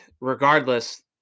regardless